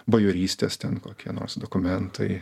bajorystės ten kokie nors dokumentai